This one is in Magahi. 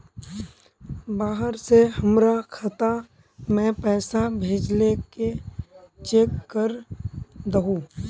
बाहर से हमरा खाता में पैसा भेजलके चेक कर दहु?